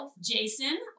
Jason